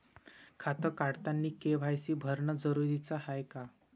खातं काढतानी के.वाय.सी भरनं जरुरीच हाय का?